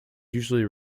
usually